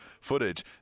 footage